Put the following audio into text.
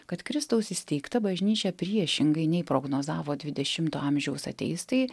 kad kristaus įsteigta bažnyčia priešingai nei prognozavo dvidešimto amžiaus ateistai